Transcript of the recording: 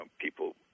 people